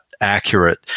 accurate